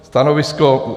Stanovisko?